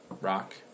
rock